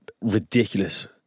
Ridiculous